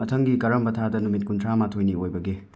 ꯃꯊꯪꯒꯤ ꯀꯔꯝꯕ ꯊꯥꯗ ꯅꯨꯃꯤꯠ ꯀꯨꯟꯊ꯭ꯔꯥꯃꯥꯊꯣꯏꯅꯤ ꯑꯣꯏꯕꯒꯦ